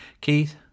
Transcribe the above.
Keith